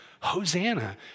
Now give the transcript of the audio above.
Hosanna